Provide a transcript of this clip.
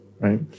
right